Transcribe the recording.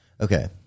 Okay